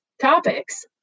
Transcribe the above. topics